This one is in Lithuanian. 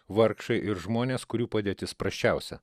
vargšai ir žmonės kurių padėtis prasčiausia